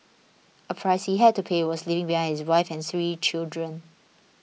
a price he had to pay was leaving behind his wife and three children